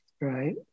right